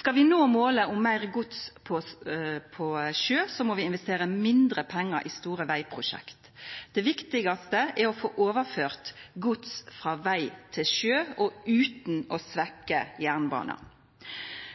Skal vi nå målet om meir gods på sjø, må vi investera mindre pengar i store vegprosjekt. Det viktigaste er å få overført gods frå veg til sjø utan å svekkja jernbana.